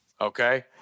okay